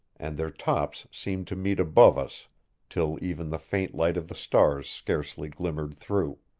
and their tops seemed to meet above us till even the faint light of the stars scarcely glimmered through.